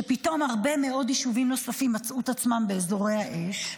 שפתאום הרבה מאוד יישובים נוספים מצאו את עצמם באזורי האש,